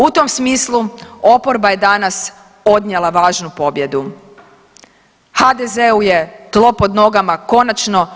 U tom smislu oporba je danas odnijela važnu pobjedu, HDZ-u je tlo pod nogama konačno